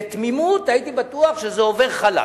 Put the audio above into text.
בתמימות הייתי בטוח שזה עובר חלק,